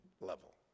level